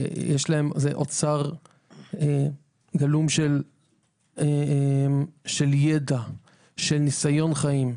כי הם אוצר גלום של ידע ושל ניסיון חיים.